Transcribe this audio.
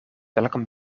welkom